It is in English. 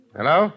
Hello